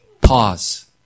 pause